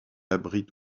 abrite